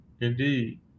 indeed